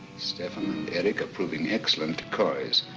stephan, and eric are proving excellent decoys.